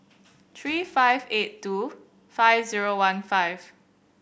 three five eight two five zero one five